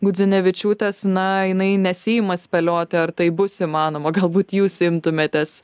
gudzinevičiūtės na jinai nesiima spėlioti ar tai bus įmanoma galbūt jūs imtumėtės